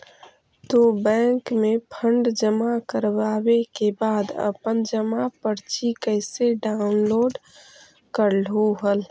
तू बैंक में फंड जमा करवावे के बाद अपन जमा पर्ची कैसे डाउनलोड करलू हल